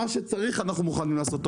אנחנו מוכנים לעשות מה שצריך.